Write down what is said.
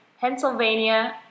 Pennsylvania